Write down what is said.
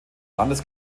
landes